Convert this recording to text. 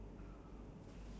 ya ya